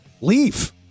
Leave